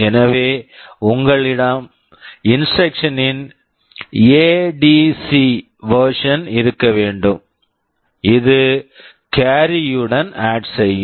எனவே உங்களிடம் instruction instruction னின் எடிசி ADC வெர்ஸன் version இருக்க வேண்டும் இது கேரி carry யுடன் ஆட் add செய்யும்